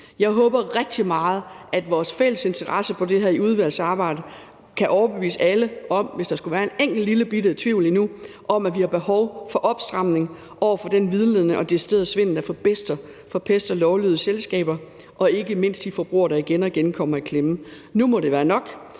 Jeg håber rigtig meget, at vores fælles interesse i det her i udvalgsarbejdet kan overbevise alle, hvis der skulle være en enkelt lillebitte tvivl endnu, om, at vi har behov for opstramning over for den vildledning og deciderede svindel, der forpester det for lovlydige selskaber og ikke mindst de forbrugere, der igen og igen kommer i klemme. Nu må det være nok!